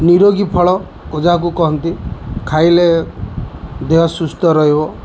ନିରୋଗୀ ଫଳ ଯାହାକୁ କହନ୍ତି ଖାଇଲେ ଦେହ ସୁସ୍ଥ ରହିବ